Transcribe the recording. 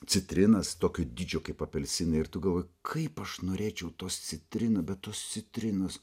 citrinas tokio dydžio kaip apelsinai ir tu galvoji kaip aš norėčiau tos citrinos bet tos citrinos